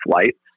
flights